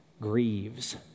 grieves